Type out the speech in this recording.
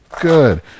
good